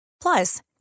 Plus